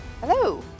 Hello